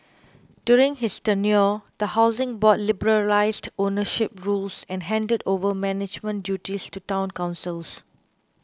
during his tenure the Housing Board liberalised ownership rules and handed over management duties to Town Councils